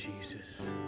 Jesus